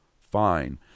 fine